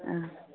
অঁ